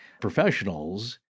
professionals